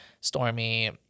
Stormy